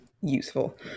useful